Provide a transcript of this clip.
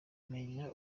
menya